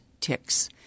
ticks